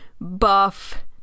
buff